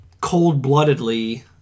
cold-bloodedly